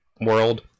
world